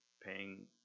paying